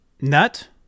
nut